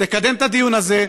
תקדם את הדיון הזה.